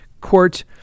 court